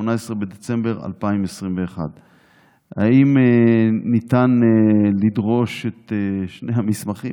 18 בדצמבר 2021". האם ניתן לדרוש את שני המסמכים?